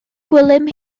gwilym